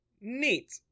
Neat